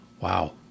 Wow